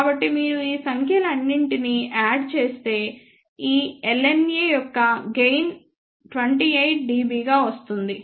కాబట్టి మీరు ఈ సంఖ్యలన్నింటినీ యాడ్ చేస్తే ఈ LNA యొక్క గెయిన్ 28 dB గా వస్తుంది